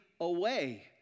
away